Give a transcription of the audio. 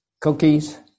cookies